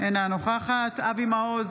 אינה נוכחת אבי מעוז,